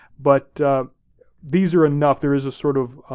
but these are enough, there is a sort of,